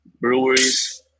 breweries